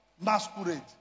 masquerade